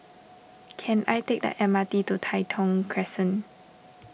can I take the M R T to Tai Thong Crescent